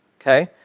okay